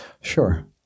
Sure